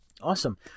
Awesome